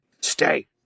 Stay